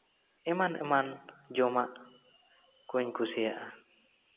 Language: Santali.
ᱮᱢᱟᱱ ᱮᱢᱟᱱ ᱡᱚᱢᱟᱜ ᱠᱚᱧ ᱠᱩᱥᱤᱭᱟᱜᱼᱟ